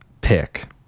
pick